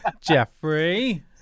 jeffrey